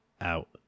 out